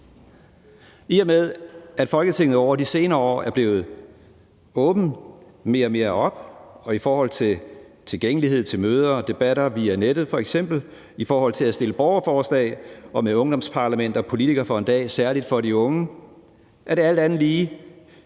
I og med at Folketinget over de senere år er blevet åbnet mere og mere op i forhold til tilgængelighed til møder og debatter via nettet f.eks., i forhold til at stille borgerforslag og med Ungdomsparlament og Politiker for en dag særlig for de unge, er der alt andet lige